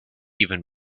even